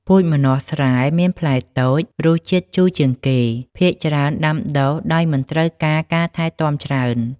ពូជម្នាស់ស្រែមានផ្លែតូច រសជាតិជូរជាងគេ ភាគច្រើនដាំដុះដោយមិនត្រូវការការថែទាំច្រើន។